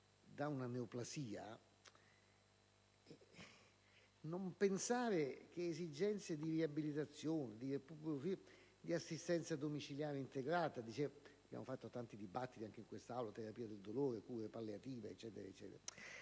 da una neoplasia, non far rientrare esigenze di riabilitazione e di assistenza domiciliare integrate, (abbiamo fatto tanti dibattiti anche in questa Aula sulle terapie del dolore, sulle cure palliative, eccetera).